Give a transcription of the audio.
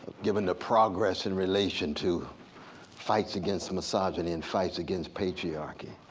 given the progress in relation to fights against the misogyny and fights against patriarchy,